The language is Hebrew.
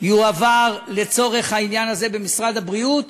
יועברו לצורך העניין הזה במשרד הבריאות,